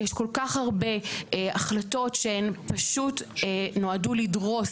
יש כל כך הרבה החלטות שפשוט נועדו לדרוס